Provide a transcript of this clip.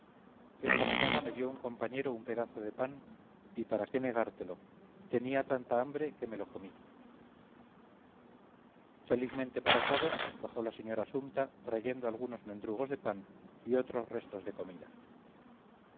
esta mañana me dio un compañero un pedazo de pan y para qué negártelo tenía tanta hambre que me lo comí felizmente para todos bajó la señora sumta trayendo algunos mendrugos de pan y otros restos de comida